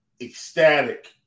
ecstatic